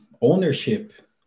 ownership